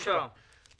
כן, בבקשה.